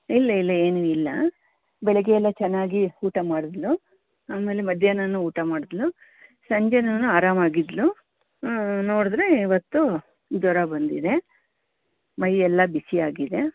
ಇಲ್ಲ ಇಲ್ಲ ಏನು ಇಲ್ಲ ಬೆಳಗ್ಗೆಯೆಲ್ಲ ಚೆನ್ನಾಗೆ ಊಟ ಮಾಡಿದ್ಲು ಆಮೇಲೆ ಮಧ್ಯಾಹ್ನನು ಊಟ ಮಾಡಿದ್ಲು ಸಂಜೆನು ಆರಾಮಾಗಿದ್ಳು ನೋಡಿದ್ರೆ ಇವತ್ತು ಜ್ವರ ಬಂದಿದೆ ಮೈಯೆಲ್ಲ ಬಿಸಿಯಾಗಿದೆ